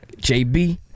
JB